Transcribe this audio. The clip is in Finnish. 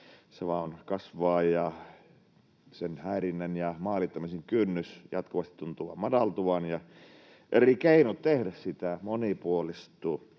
se vain kasvaa ja sen häirinnän ja maalittamisen kynnys jatkuvasti tuntuu vain madaltuvan ja eri keinot tehdä niitä monipuolistuvat.